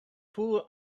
poor